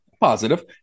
positive